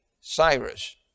Cyrus